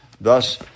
Thus